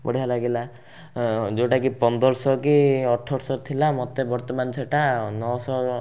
ବଢ଼ିଆ ଲାଗିଲା ଏ ଯେଉଁଟାକି ପନ୍ଦରଶହ କି ଅଠରଶହ ଥିଲା ମୋତେ ବର୍ତ୍ତମାନ ସେଇଟା ନଅଶହ